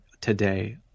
today